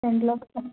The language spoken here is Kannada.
ಎಂಟು ಲಕ್ಷ